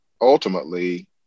ultimately